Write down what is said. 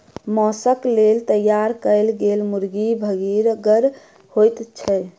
मौसक लेल तैयार कयल गेल मुर्गी भरिगर होइत छै